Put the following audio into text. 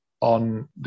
on